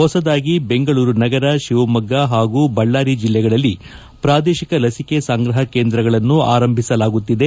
ಹೊಸದಾಗಿ ಬೆಂಗಳೂರು ನಗರ ಶಿವಮೊಗ್ಗ ಹಾಗೂ ಬಳ್ಳಾರಿ ಜಿಲ್ಲೆಗಳಲ್ಲಿ ಪ್ರಾದೇಶಿಕ ಲಸಿಕೆ ಸಂಗ್ರಹ ಕೇಂದ್ರಗಳನ್ನು ಆರಂಭಿಸಲಾಗುತ್ತಿದೆ